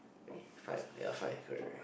eh five ah ya five correct correct